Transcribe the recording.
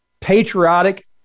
patriotic